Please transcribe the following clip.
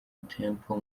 temple